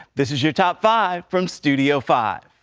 this is your top five from studio five.